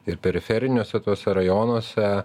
ir periferiniuose tuose rajonuose